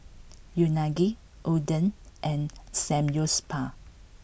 Unagi Oden and Samgyeopsal